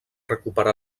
recuperar